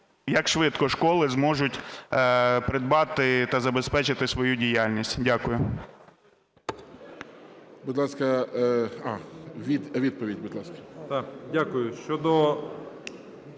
як швидко школи зможуть придбати та забезпечити свою діяльність. Дякую.